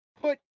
Put